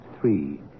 Three